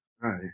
Right